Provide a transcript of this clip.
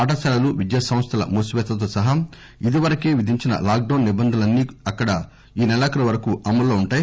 పాఠశాలలు విద్యాసంస్థల మూసిపేతతో సహా ఇదివరకే విధించిన లాక్ డౌస్ నిబంధనలన్న్ అక్కడ ఈ సెలాఖరురువరకూ అమలులో ఉంటాయి